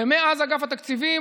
ומאז אגף התקציבים,